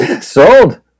Sold